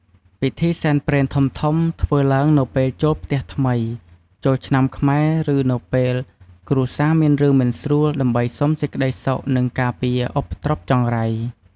ពិធីសែនព្រេនធំៗធ្វើឡើងនៅពេលចូលផ្ទះថ្មី ចូលឆ្នាំខ្មែរឬនៅពេលគ្រួសារមានរឿងមិនស្រួលដើម្បីសុំសេចក្តីសុខនិងការពារឧបទ្រពចង្រៃ។